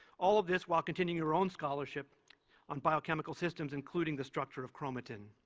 all of this while continuing your own scholarship on biochemical systems, including the structure of chromatin.